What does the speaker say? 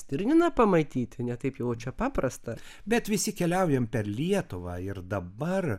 stirniną pamatyti ne taip jau čia paprasta bet visi keliaujam per lietuvą ir dabar